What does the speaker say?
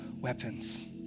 weapons